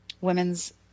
women's